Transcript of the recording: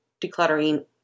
decluttering